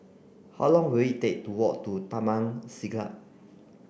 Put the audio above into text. how long will it take to walk to Taman Siglap